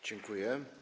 Dziękuję.